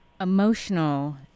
emotional